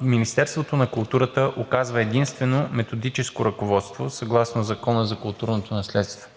Министерството на културата оказва единствено методическо ръководство съгласно Закона за културното наследство.